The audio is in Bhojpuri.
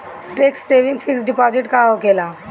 टेक्स सेविंग फिक्स डिपाँजिट का होखे ला?